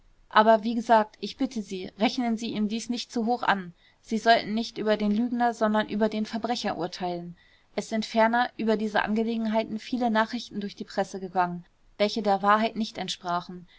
aber wie gesagt ich bitte sie rechnen sie ihm dies nicht zu hoch an sie sollen nicht über den lügner sondern über den verbrecher urteilen es sind ferner über diese angelegenheit viele nachrichten durch die presse gegangen welche der wahrheit nicht entsprachen